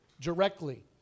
directly